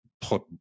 put